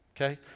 okay